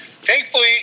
thankfully